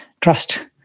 trust